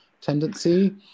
tendency